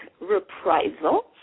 Reprisal